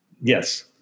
Yes